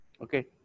okay